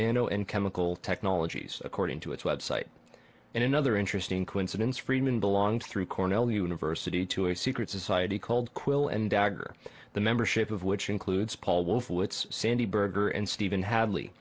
nano and chemical technologies according to its website and another interesting coincidence friedman belong through cornell university to a secret society called quill and dagger the membership of which includes paul wolfowitz sandy berger and stephen hadley